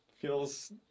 feels